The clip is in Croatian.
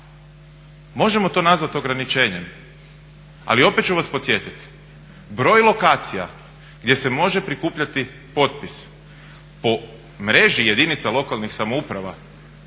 Možemo to nazvat ograničenjem, ali opet ću vas podsjetiti, broj lokacija gdje se može prikupljati potpis po mreži jedinica lokalnih samouprava